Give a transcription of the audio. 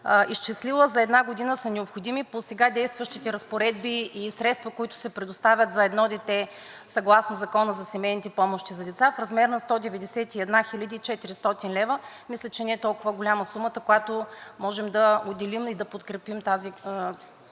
изчислила – за една година са необходими по сега действащите разпоредби и средства, които се предоставят за едно дете съгласно Закона за семейните помощи за деца, в размер на 191 400 лв. Мисля, че не е толкова голяма сумата, която можем да отделим и да подкрепим тази